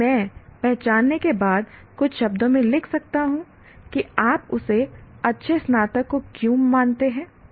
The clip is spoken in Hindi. और मैं पहचानने के बाद कुछ शब्दों में लिख सकता हूं कि आप उसे अच्छे स्नातक को क्यों मानते हैं